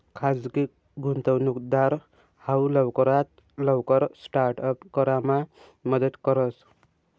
खाजगी गुंतवणूकदार हाऊ लवकरात लवकर स्टार्ट अप करामा मदत करस